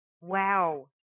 Wow